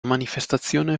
manifestazione